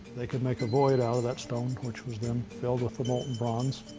they could make a void out of that stone, which was then filled with the molten bronze